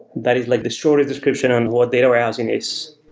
that is like the shorter description on what data warehousing is.